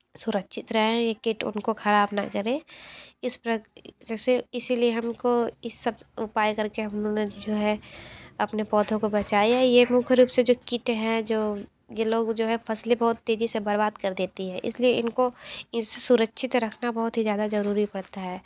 सुरक्षित रहें ये कीट उनको खराब ना करें इस प्र जैसे इसीलिए हमको इस सब उपाय करके हमने जो है अपने पौधों को बचाया ये मुख्य रूप से जो कीट हैं जो ये लोग जो हैं फ़सलें बहुत तेज़ी से बर्बाद कर देती हैं इसलिए इनको इस सुरक्षित रखना बहुत ही ज़्यादा ज़रूरी पड़ता है